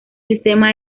sistema